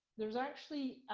there's actually,